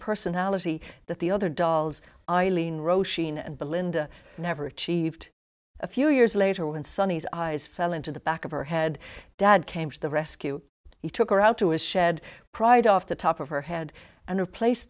personality that the other dolls eileen roshini and belinda never achieved a few years later when sunny's eyes fell into the back of her head dad came to the rescue he took her out to his shed pried off the top of her head and replace